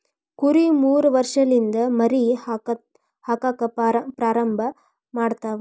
ಕುರಿ ಮೂರ ವರ್ಷಲಿಂದ ಮರಿ ಹಾಕಾಕ ಪ್ರಾರಂಭ ಮಾಡತಾವ